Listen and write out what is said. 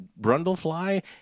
Brundlefly